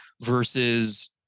versus